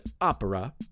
opera